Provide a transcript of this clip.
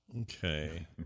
Okay